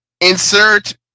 insert